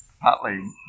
partly